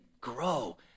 grow